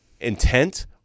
intent